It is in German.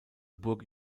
burg